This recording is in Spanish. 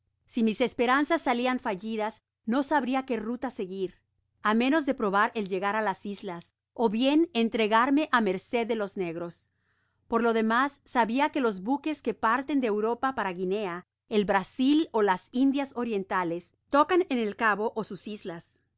si mis esperanzas salian fallidas no sabria qué ruta seguir á menos de probar el llegar á las islas ó biea entregarme á merced de los negros por la demas sabia que los buques que parten de europa para guinea el brasil ó las indias orientales tocan en el cabo ó sus islas